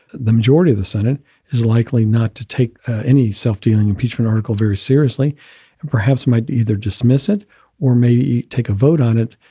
the majority of the senate is likely not to take any self-dealing impeachment article very seriously and perhaps might either dismiss it or maybe take a vote on it.